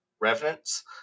Revenants